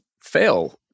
fail